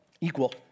equal